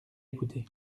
écouté